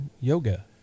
yoga